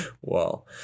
wow